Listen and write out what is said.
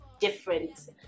different